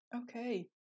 okay